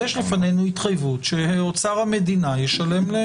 יש לפנינו התחייבות שאוצר המדינה ישלם.